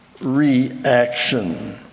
reaction